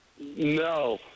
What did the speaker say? No